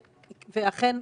ואכן,